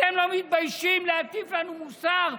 אתם לא מתביישים להטיף לנו מוסר,